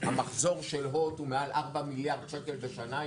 המחזוק של הוט הוא מעל 4 מיליארד שקל בשנה,